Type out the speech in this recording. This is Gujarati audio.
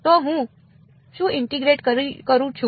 તો હું શું ઇન્ટીગ્રેટ કરું છું